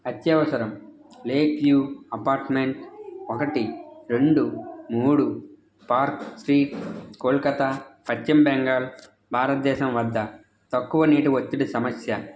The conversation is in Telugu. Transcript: అత్యవసరం లేక్వ్యూ అపార్ట్మెంట్ ఒకటి రెండు మూడు పార్క్ స్ట్రీట్ కోల్కత్తా పశ్చిమ బెంగాల్ భారతదేశం వద్ద తక్కువ నీటి ఒత్తిడి సమస్య